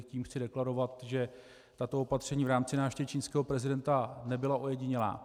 Tím chci jenom deklarovat, že tato opatření v rámci návštěvy čínského prezidenta nebyla ojedinělá.